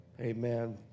Amen